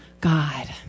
God